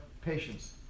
patients